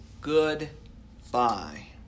goodbye